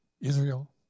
Israel